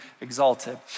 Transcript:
exalted